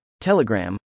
Telegram